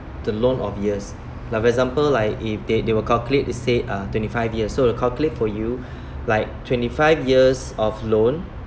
the loan of years like example like if they they will calculate to say uh twenty five years so they'll calculate for you like twenty five years of loan